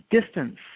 distance